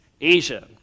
Asia